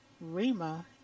Rima